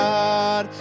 God